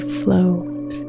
float